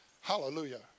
hallelujah